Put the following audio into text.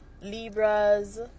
Libras